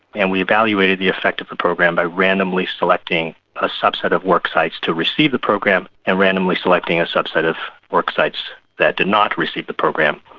and we evaluated the effect of the program by randomly selecting a subset of worksites to receive the program and randomly selecting a subset of worksites that did not receive the program.